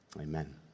Amen